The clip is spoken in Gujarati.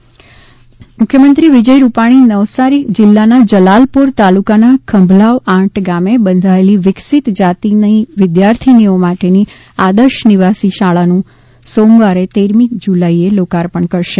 શાળા લોકાર્પણ મુખ્યમંત્રી વિજય રૂપાણી નવસારી જિલ્લાના જલાલપોર તાલુકાના ખંભલાવ આંટ ગામે બંધાયેલી વિકસતિ જાતિની વિદ્યાર્થીનીઓ માટેની આદર્શ નિવાસી શાળાનું સોમવાર તેરમી જુલાઇએ લોકાર્પણ કરશે